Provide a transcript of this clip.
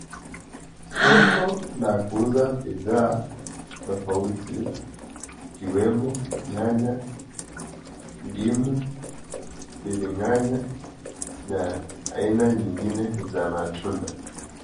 Soko la kuuza bidhaa tafauti ikiwemo nyanya, ndimu, nyanya na aina nyingine za matunda.